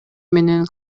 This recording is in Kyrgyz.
менен